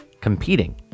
competing